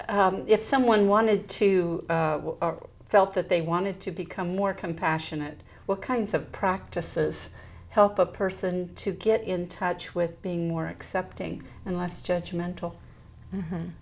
be if someone wanted to felt that they wanted to become more compassionate what kinds of practices help a person to get in touch with being more accepting and less judgmental